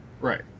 Right